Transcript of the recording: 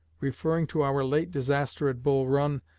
referring to our late disaster at bull run,